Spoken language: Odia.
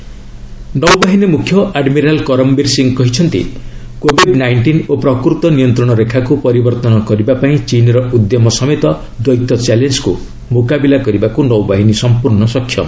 ଆଡମିରାଲ୍ କରମବୀର ସିଂହ ନୌବାହିନୀ ମୁଖ୍ୟ ଆଡ୍ମିରାଲ୍ କରମବୀର ସିଂହ କହିଛନ୍ତି କୋବିଡ୍ ନାଇଷ୍ଟିନ୍ ଓ ପ୍ରକୃତ ନିୟନ୍ତ୍ରଣ ରେଖାକୁ ପରିବର୍ତ୍ତନ କରିବା ପାଇଁ ଚୀନ୍ର ଉଦ୍ୟମ ସମେତ ଦ୍ଦୈତ ଚ୍ୟାଲେଞ୍ଜକୁ ମୁକାବିଲା କରିବାକୁ ନୌବାହିନୀ ସମ୍ପର୍ଣ୍ଣ ସକ୍ଷମ